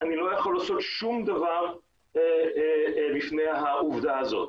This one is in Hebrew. אני לא יכול לעשות שום דבר בפני העובדה הזאת.